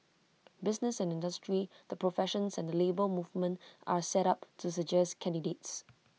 business and industry the professions and the Labour Movement are set up to suggest candidates